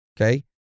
okay